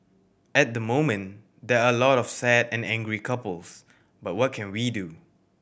at the moment there are a lot of sad and angry couples but what can we do